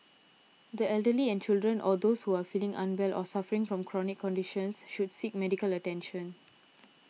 the elderly and children or those who are feeling unwell or suffering from chronic conditions should seek medical attention